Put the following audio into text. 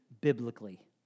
biblically